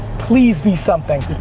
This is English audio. please be something,